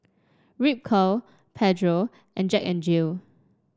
Ripcurl Pedro and Jack N Jill